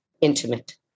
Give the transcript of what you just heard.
intimate